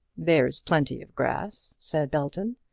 there's plenty of grass, said belton.